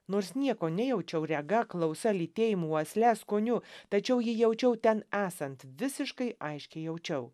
nors nieko nejaučiau rega klausa lytėjimu uosle skoniu tačiau jį jaučiau ten esant visiškai aiškiai jaučiau